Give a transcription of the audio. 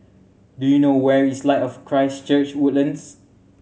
do you know where is Light of Christ Church Woodlands